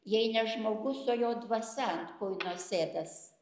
jei ne žmogus o jo dvasia ant kuino sėdas